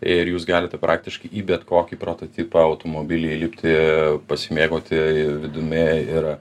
ir jūs galite praktiškai į bet kokį prototipą automobilį įlipti pasimėgauti vidumi ir